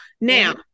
Now